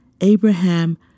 Abraham